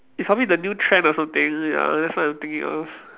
it's probably the new trend or something ya that's what I'm thinking of